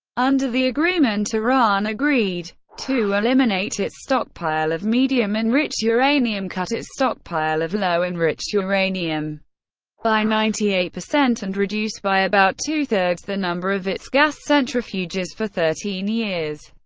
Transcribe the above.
under the agreement, iran agreed to eliminate its stockpile of medium-enriched uranium, cut its stockpile of low-enriched uranium by ninety eight, and reduce by about two-thirds the number of its gas centrifuges for thirteen years.